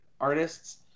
artists